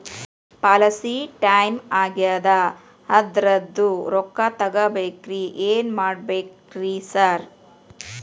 Policy time ಆಗ್ಯಾದ ಅದ್ರದು ರೊಕ್ಕ ತಗಬೇಕ್ರಿ ಏನ್ ಮಾಡ್ಬೇಕ್ ರಿ ಸಾರ್?